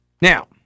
Now